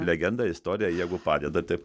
legenda istorija jeigu padeda tai